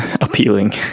appealing